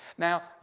now,